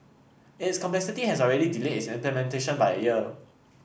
its complexity has already delayed its implementation by a year